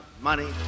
money